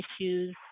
issues